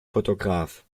fotograf